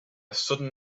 sudden